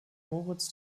moritz